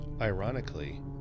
Ironically